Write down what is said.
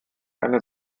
eine